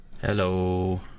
Hello